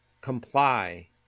comply